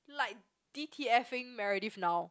like D_T_F in Meredith now